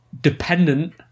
dependent